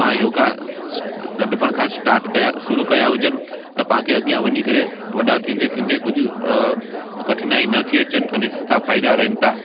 तव्हां योगा नंढपणु खां स्टार्ट कया शुरू कया हुजनि त तव्हांखे अॻियां वञी करे वॾा थींदे थींदे कुझु अ कठिनायूं न थी अचनि अने सुठा फ़ाइदा रहनि था